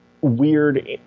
weird